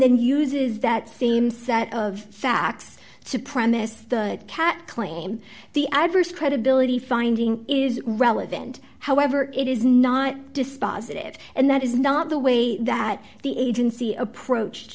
then uses that same set of facts to premise the cat claim the adverse credibility finding is relevant however it is not dispositive and that is not the way that the agency approached